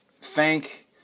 thank